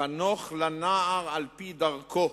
חנוך לנער על-פי דרכו,